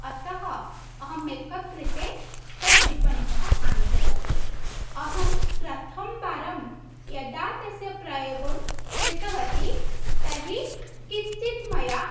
अतः अहं मेकप् कृते तद् विपणितः आनीतवती अहं प्रथमवारं यदा तस्य प्रयोगं कृतवती तर्हि किञ्चित् मया